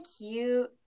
cute